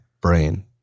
brain